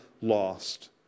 lost